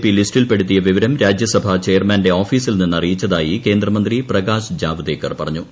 P ലിസ്റ്റിൽപെടുത്തിയ വിവരം രാജ്യസഭാ ചെയർമാന്റെ ഓഫീസിൽ നിന്ന് അറിയിച്ചതായി കേന്ദ്രമന്ത്രി പ്രകാശ് ജാവദേക്കർ പറഞ്ഞു